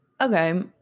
Okay